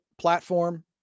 platform